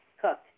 cooked